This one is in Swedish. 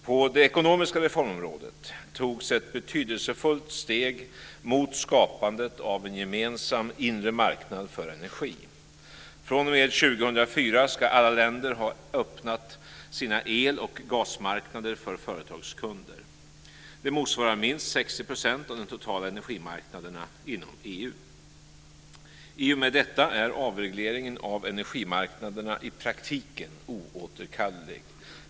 På det ekonomiska reformområdet togs ett betydelsefullt steg mot skapandet av en gemensam inre marknad för energi. fr.o.m. 2004 ska alla länder ha öppnat sina el och gasmarknader för företagskunder. Det motsvarar minst 60 % av den totala energimarknaden inom EU. I och med detta är avregleringen av energimarknaderna i praktiken oåterkallelig.